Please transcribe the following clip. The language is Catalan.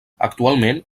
actualment